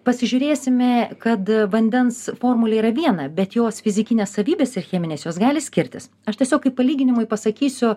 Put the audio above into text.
pasižiūrėsime kad vandens formulė yra viena bet jos fizikinės savybės ir cheminės jos gali skirtis aš tiesiog kaip palyginimui pasakysiu